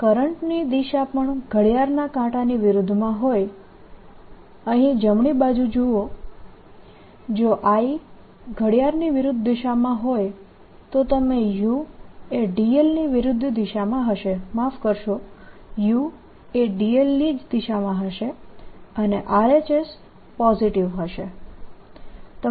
જો કરંટની દિશા પણ ઘડિયાળના કાંટાની વિરુદ્ધ દિશામાં હોય અહીં જમણી બાજુ જુઓ જો I ઘડિયાળની વિરુદ્ધ દિશામાં હોય તો તમે u એ dl ની વિરુદ્ધ દિશામાં હશે માફ કરશો u એ dl ની જ દિશામાં હશે અને RHS પોઝીટીવ હશે